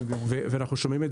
לא מבין מה האפשרויות שלו.